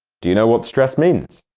do you know what stress means?